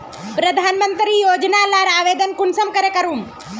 प्रधानमंत्री योजना लार आवेदन कुंसम करे करूम?